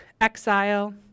exile